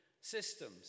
systems